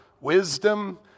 wisdom